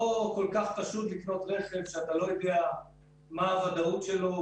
לא כל כך פשוט לקנות רכב שאתה לא יודע מה הוודאות שלו,